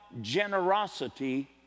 generosity